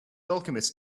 alchemist